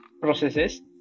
processes